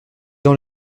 dans